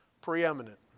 preeminent